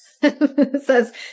says